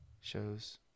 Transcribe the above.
shows